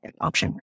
option